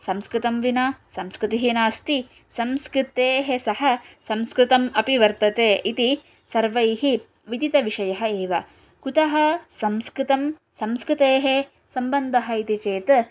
संस्कृतं विना संस्कृतिः नास्ति संस्कृत्या सह संस्कृतम् अपि वर्तते इति सर्वैः विदितविषयः एव कुतः संस्कृतं संस्कृतेः सम्बन्धः इति चेत्